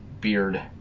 beard